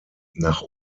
nach